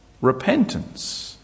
repentance